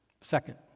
Second